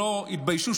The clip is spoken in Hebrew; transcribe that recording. שלא התביישו,